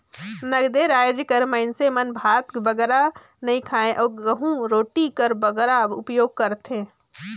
नगदे राएज कर मइनसे मन भात बगरा नी खाएं अउ गहूँ रोटी कर बगरा उपियोग करथे